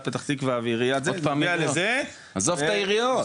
פתח תקווה ועיריית וזה --- עזוב את העיריות.